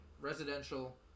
residential